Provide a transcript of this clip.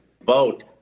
vote